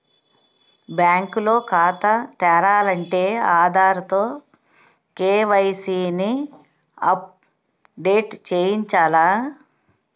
bank లో ఖాతా తెరాలంటే ఆధార్ తో కే.వై.సి ని అప్ డేట్ చేయించాల